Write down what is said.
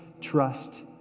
trust